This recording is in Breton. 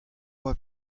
boa